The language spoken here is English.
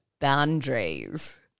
boundaries